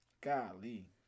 Golly